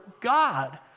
God